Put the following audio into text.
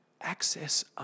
access